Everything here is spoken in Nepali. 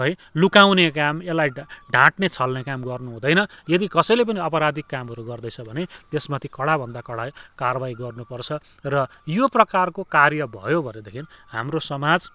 है लुकाउने काम यसलाई ढाट्ने छल्ने काम गर्नु हुँदैन यदि कसैले पनि अपराधिक कामहरू गर्दैछ भने त्यसमाथि कडाभन्दा कडा कारबाही गर्नुपर्छ र यो प्रकारको कार्य भयो भनेदेखि हाम्रो समाज